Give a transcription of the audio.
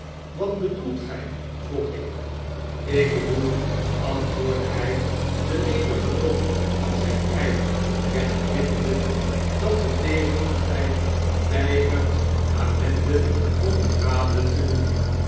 wat bedoelt gy vroeg ik ik bedoel antwoordde nij den ledigen dop van zyn ei wegknippende dat de tegenparty weigert amende honorablete doen